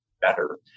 better